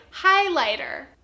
highlighter